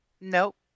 Nope